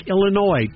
Illinois